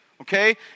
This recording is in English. okay